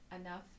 enough